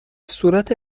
صورت